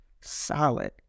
Solid